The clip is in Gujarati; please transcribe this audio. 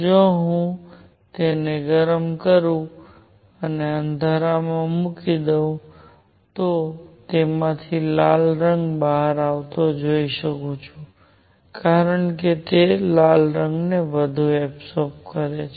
જો હું તેને ગરમ કરું અને અંધારામાં મૂકી દઉં તો તેમાંથી લાલ રંગ બહાર આવતો જોઉં છું કારણ કે તે લાલ રંગને વધુ એબસોર્બ કરે છે